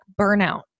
burnout